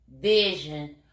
vision